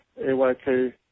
AYK